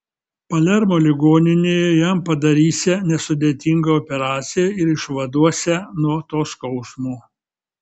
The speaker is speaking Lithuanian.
palermo ligoninėje jam padarysią nesudėtingą operaciją ir išvaduosią nuo to skausmo